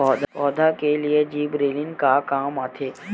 पौधा के लिए जिबरेलीन का काम आथे?